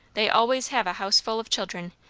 they always have a house full of children,